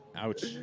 Ouch